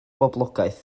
boblogaeth